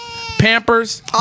Pampers